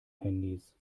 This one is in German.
handys